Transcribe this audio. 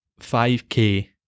5k